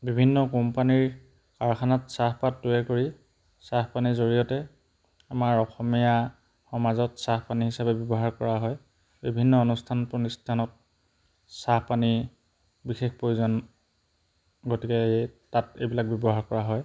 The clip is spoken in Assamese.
বিভিন্ন কোম্পানীৰ কাৰখানাত চাহপাত তৈয়াৰ কৰি চাহপানীৰ জৰিয়তে আমাৰ অসমীয়া সমাজত চাহপানী হিচাপে ব্যৱহাৰ কৰা হয় বিভিন্ন অনুষ্ঠান প্ৰতিষ্ঠানত চাহপানী বিশেষ প্ৰয়োজন গতিকে তাত এইবিলাক ব্যৱহাৰ কৰা হয়